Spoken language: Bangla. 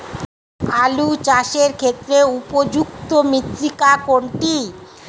আলু চাষের ক্ষেত্রে উপযুক্ত মৃত্তিকা কোনটি?